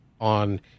on